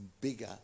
bigger